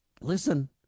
listen